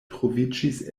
troviĝis